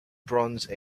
bronze